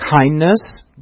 Kindness